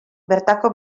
bertako